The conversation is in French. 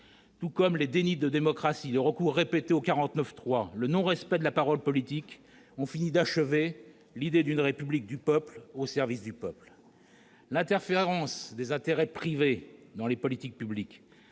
esprit, les dénis de démocratie, le recours répété au 49.3, le non-respect de la parole politique ont fini de miner l'idée d'une République du peuple au service du peuple. L'interférence des intérêts privés avec les politiques publiques